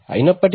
అయినప్పటికీ